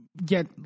get